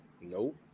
Nope